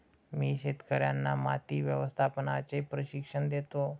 मी शेतकर्यांना माती व्यवस्थापनाचे प्रशिक्षण देतो